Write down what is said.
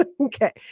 Okay